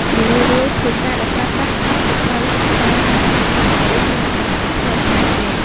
ជារឿយៗ ភាសាដែលប្រើប្រាស់ក្នុងសៀវភៅសិក្សា និងឯកសារបង្រៀនមានលក្ខណៈផ្លូវការពេក។